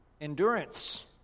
endurance